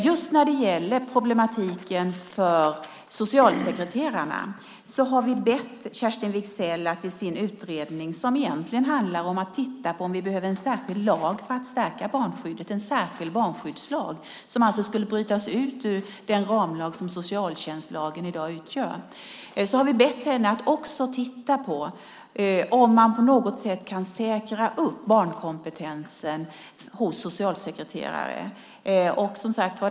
Just problematiken för socialsekreterarna har vi bett Kerstin Wigzell ta upp i sin utredning, som ju egentligen ska titta på om vi behöver en särskild lag för att stärka barnskyddet - alltså en särskild barnskyddslag som skulle brytas ut ur den ramlag som socialtjänstlagen i dag utgör. Vi har bett henne att titta på om man på något sätt kan säkra barnkompetensen hos socialsekreterare.